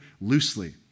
loosely